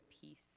peace